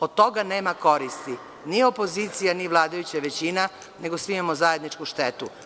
Od toga nema koristi ni opozicija ni vladajuća većina, nego svi imamo zajedničku štetu.